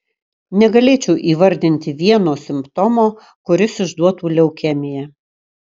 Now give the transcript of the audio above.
negalėčiau įvardinti vieno simptomo kuris išduotų leukemiją